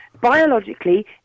biologically